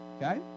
Okay